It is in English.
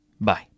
Bye